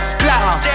Splatter